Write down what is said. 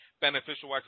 beneficial